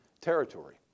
territory